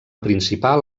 principal